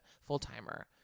full-timer